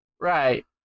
Right